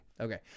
Okay